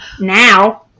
Now